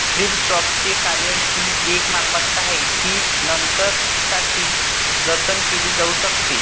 thrift शॉपचे कार्य ही एक मालमत्ता आहे जी नंतरसाठी जतन केली जाऊ शकते